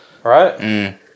Right